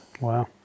Wow